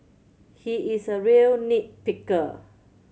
he is a real nit picker